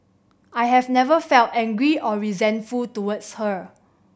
I have never felt angry or resentful towards her